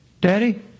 Daddy